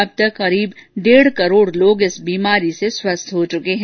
अब तक करीब डेढ करोड लोग इस बीमारी से स्वस्थ हो चुके हैं